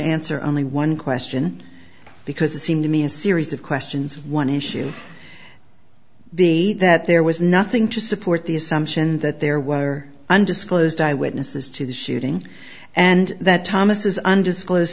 answer only one question because it seemed to me a series of questions one issue be that there was nothing to support the assumption that there were undisclosed eyewitnesses to the shooting and that thomas undisclosed